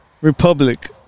Republic